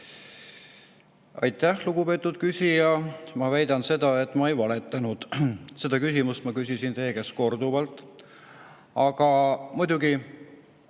Aitäh, lugupeetud küsija! Ma väidan seda, et ma ei valetanud. Seda küsimust ma küsisin teie käest korduvalt. Aga muidugi,